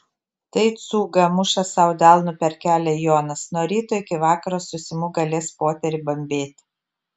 tai cūga muša sau delnu per kelią jonas nuo ryto iki vakaro su simu galės poterį bambėti